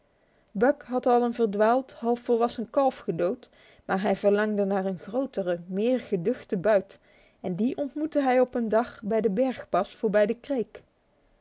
buck had al een verdwaald half volwassen kalf gedood maar hij verlangde naar een grotere meer geduchte buit en die ontmoette hij op een dag bij de bergpas voorbij de kreek